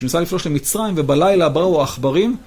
כשניסה לפלוש למצרים ובלילה באו העכברים.